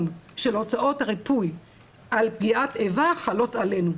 של הוצאות הריפוי על פגיעת איבה חלות עלינו.